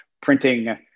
printing